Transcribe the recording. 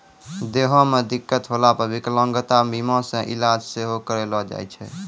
देहो मे दिक्कत होला पे विकलांगता बीमा से इलाज सेहो करैलो जाय छै